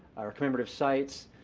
or commemorative sites,